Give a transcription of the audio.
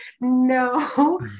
no